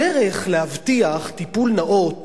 הדרך להבטיח טיפול נאות